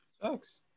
Sucks